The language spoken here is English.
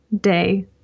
day